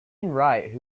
wright